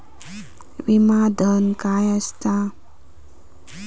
विमा धन काय असता?